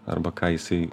arba ką jisai